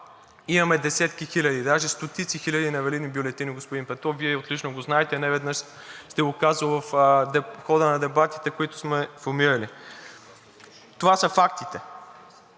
имаме десетки хиляди, даже стотици хиляди невалидни бюлетини, господин Петров, Вие отлично го знаете и неведнъж сте го казвали в хода на дебатите, които сме формирали. Това са фактите.